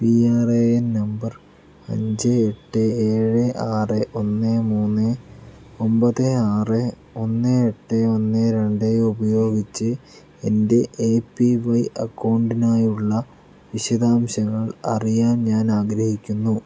P R A N number അഞ്ച് എട്ട് ഏഴ് ആറ് ഒന്ന് മൂന്ന് ഒമ്പത് ആറ് ഒന്ന് എട്ട് ഒന്ന് രണ്ട് ഉപയോഗിച്ച് എൻ്റെ എ പി വൈ അക്കൗണ്ടിനായുള്ള വിശദാംശങ്ങൾ അറിയാൻ ഞാൻ ആഗ്രഹിക്കുന്നു